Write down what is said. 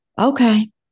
Okay